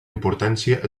importància